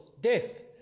death